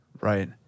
Right